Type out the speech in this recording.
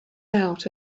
out